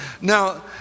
Now